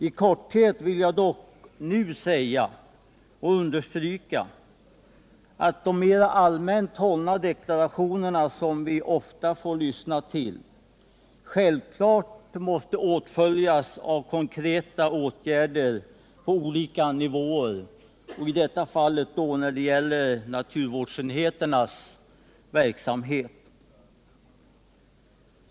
I korthet vill jag dock nu understryka att de mer allmänt hållna deklarationer som vi ofta får lyssna till självklart måste åtföljas av konkreta åtgärder på alla nivåer — i detta fall då det gäller naturvårdsenheternas verksamhet.